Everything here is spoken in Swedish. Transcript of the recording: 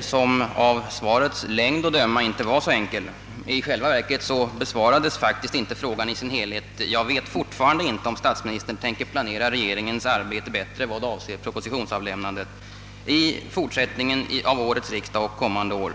som av svarets längd att döma inte var så enkel. I själva verket besvarades inte frågan i sin helhet. Jag vet alltjämt inte om statsministern tänker planera regeringens arbete bättre i vad avser propositionsavlämnandet i fortsättningen av årets riksdag och kommande år.